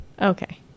Okay